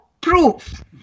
proof